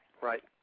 Right